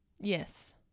Yes